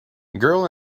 girl